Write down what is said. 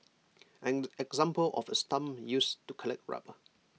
an example of A stump used to collect rubber